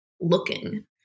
looking